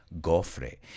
gofre